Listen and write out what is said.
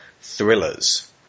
thrillers